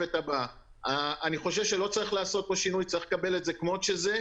אני אזכיר למה שמנו את תקנה 2 בצד,